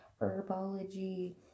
herbology